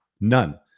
None